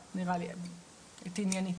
תודה.